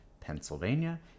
Pennsylvania